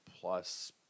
plus